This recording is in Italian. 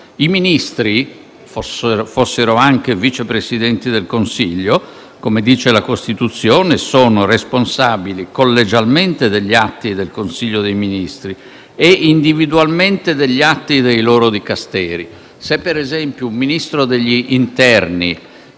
I Ministri, fossero anche Vice Presidenti del Consiglio - come dice la Costituzione - sono responsabili collegialmente degli atti del Consiglio dei ministri e individualmente degli atti dei loro Dicasteri. Se - per esempio - un Ministro dell'interno,